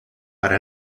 para